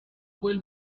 quel